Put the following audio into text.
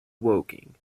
woking